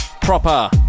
Proper